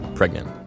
pregnant